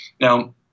Now